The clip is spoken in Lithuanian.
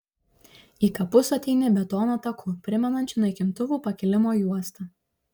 į kapus ateini betono taku primenančiu naikintuvų pakilimo juostą